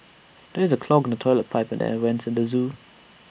there is A clog in the Toilet Pipe and the air Vents at the Zoo